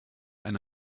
eine